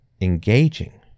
engaging